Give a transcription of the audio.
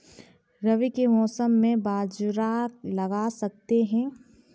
रवि के मौसम में बाजरा लगा सकते हैं?